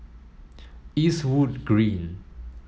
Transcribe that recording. Eastwood Green